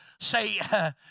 Say